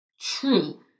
true